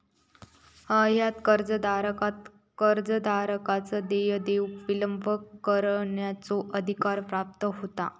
ह्यात कर्जदाराक कर्जदाराकच देय देऊक विलंब करण्याचो अधिकार प्राप्त होता